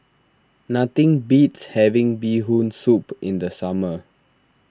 nothing beats having Bee Hoon Soup in the summer